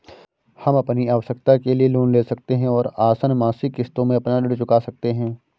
हम अपनी आवश्कता के लिए लोन ले सकते है और आसन मासिक किश्तों में अपना ऋण चुका सकते है